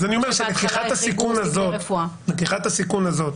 אז אני אומר שלקיחת הסיכון הזאת,